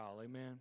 Amen